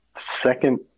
second